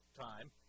time